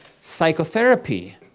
psychotherapy